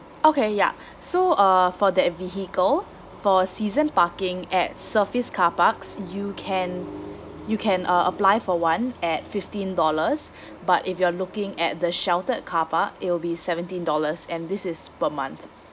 okay yeah so uh for that vehicle for season parking at surface car parks you can you can uh apply for one at fifteen dollars but if you're looking at the sheltered car park it will be seventeen dollars and this is per month